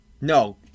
No